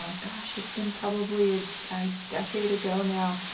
ah gosh, it's been probably a decade ago now,